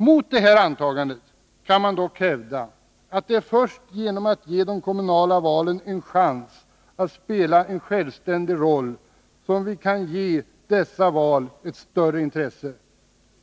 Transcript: Men mot det antagandet kan man hävda att det är först genom att ge de kommunala valen en chans att spela en självständig roll som vi kan ge dessa val ett större intresse.